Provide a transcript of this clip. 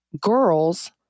girls